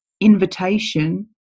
invitation